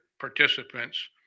participants